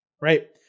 right